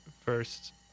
first